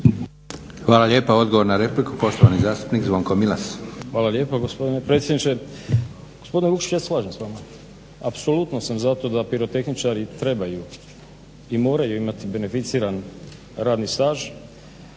Hvala lijepa. Odgovor na repliku poštovani zastupnik Zvonko Milas. **Milas, Zvonko (HDZ)** Hvala lijepa gospodine predsjedniče. Gospodine Vukšiću ja se slažem s vama. Apsolutno sam za to da pirotehničari trebaju i moraju imati beneficiran radni staž,